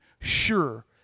sure